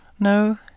No